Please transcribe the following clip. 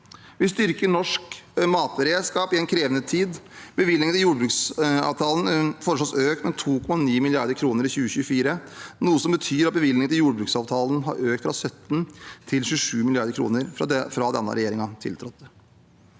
Vi styrker norsk matberedskap i en krevende tid. Bevilgningen til jordbruksavtalen foreslås økt med 2,9 mrd. kr i 2024, noe som betyr at bevilgningene til jordbruksavtalen har økt fra 17 mrd. kr til 27 mrd. kr fra denne regjeringen tiltrådte.